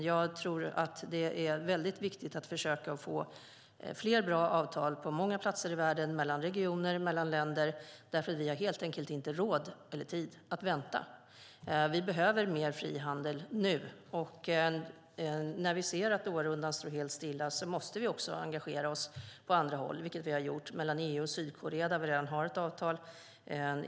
Jag tror att det är viktigt att försöka få fler bra avtal på många platser i världen mellan regioner och mellan länder, för vi har helt enkelt inte råd eller tid att vänta. Vi behöver mer frihandel nu , och när vi ser att Doharundan står helt stilla måste vi också engagera oss på andra håll. Det har vi också gjort, till exempel mellan EU och Sydkorea där vi redan har ett avtal.